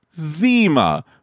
Zima